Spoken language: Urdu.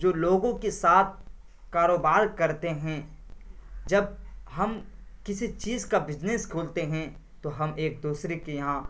جو لوگوں کے ساتھ کاروبار کرتے ہیں جب ہم کسی چیز کا بجنس کھولتے ہیں تو ہم ایک دوسرے کے یہاں